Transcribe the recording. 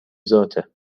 ذاته